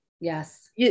yes